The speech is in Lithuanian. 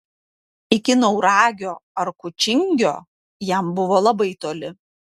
iki nauragio ar kučingio jam buvo labai toli